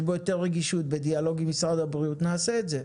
בו יותר רגישות בדיאלוג עם משרד הבריאות נעשה את זה,